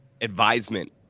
advisement